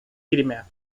crimea